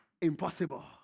impossible